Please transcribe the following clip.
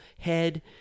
head